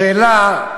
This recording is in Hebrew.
השאלה,